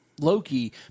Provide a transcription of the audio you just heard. Loki